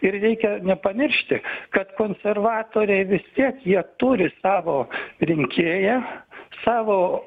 ir reikia nepamiršti kad konservatoriai vistiek jie turi savo rinkėją savo